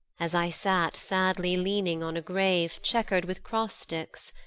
as i sat sadly leaning on a grave, chequer'd with cross-sticks,